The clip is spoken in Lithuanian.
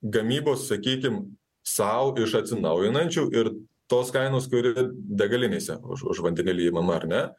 gamybos sakykim sau iš atsinaujinančių ir tos kainos kur degalinėse už už vandenilį imam ar ne